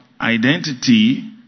identity